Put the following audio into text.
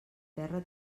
terra